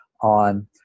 on